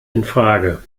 infrage